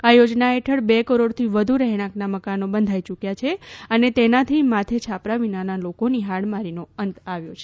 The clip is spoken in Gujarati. આ યોજના હેઠળ બે કરોડથી વધુ રહેણાકનાં મકાનો બંધાઇ યૂકયાં છે અને તેનાથી માથે છાપરા વિનાના લોકોની હાડમારીનો અંત આવ્યો છે